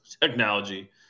technology